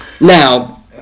Now